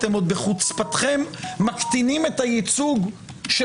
אתם עוד בחוצפתכם מקטינים את הייצוג של